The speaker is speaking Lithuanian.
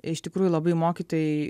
iš tikrųjų labai mokytojai